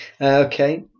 Okay